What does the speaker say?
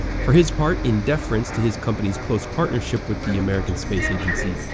for his part, in deference to his company's close partnership with the american space agency,